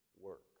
work